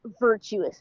virtuous